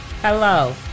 Hello